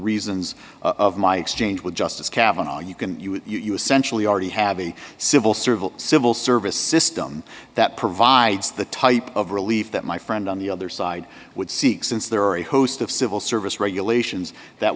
reasons of my exchange with justice kavanagh you can you essentially already have a civil servant civil service system that provides the type of relief that my friend on the other side would seek since there are a host of civil service regulations that